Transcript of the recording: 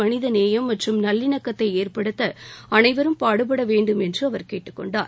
மனித நேயம் மற்றும் நல்லிணக்கத்தை ஏற்படுத்த அனைவரும் பாடுபட வேண்டும் என்று அவர் கேட்டுக்கொண்டார்